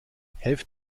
helft